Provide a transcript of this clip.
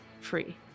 free